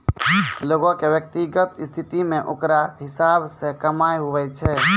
लोग के व्यक्तिगत स्थिति मे ओकरा हिसाब से कमाय हुवै छै